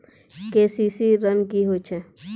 KCC ॠन की होय छै?